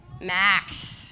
Max